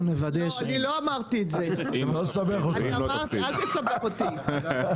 לא, אני לא אמרתי את זה, אל תסובב אותי,